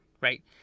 right